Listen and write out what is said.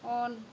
on